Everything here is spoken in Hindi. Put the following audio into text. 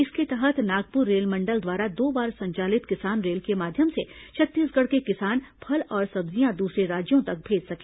इसके तहत नागपुर रेलमंडल द्वारा दो बार संचालित किसान रेल के माध्यम से छत्तीसगढ के किसान फल और सब्जियां दूसरे राज्यों तक भेज सके